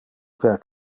per